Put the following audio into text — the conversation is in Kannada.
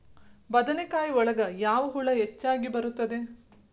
ಬದನೆಕಾಯಿ ಒಳಗೆ ಯಾವ ಹುಳ ಹೆಚ್ಚಾಗಿ ಬರುತ್ತದೆ?